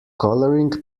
colouring